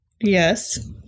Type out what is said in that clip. Yes